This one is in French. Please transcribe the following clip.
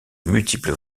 multiples